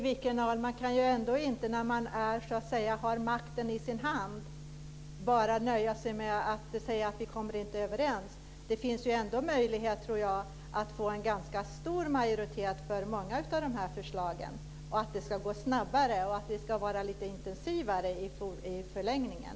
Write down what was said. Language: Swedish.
Fru talman! Siw Wittgren-Ahl! När man har makten i sin hand kan man inte bara nöja sig med att säga att vi inte kommer överens. Det finns ändå möjlighet, tror jag, att få en ganska stor majoritet för många av förslagen och för att det ska gå snabbare och vara lite intensivare i förlängningen.